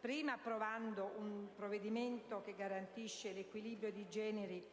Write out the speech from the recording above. prima approvando un provvedimento che garantisce l'equilibrio dei generi